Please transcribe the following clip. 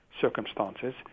circumstances